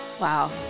Wow